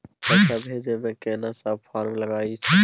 पैसा भेजै मे केना सब फारम लागय अएछ?